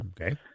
Okay